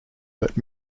but